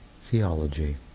theology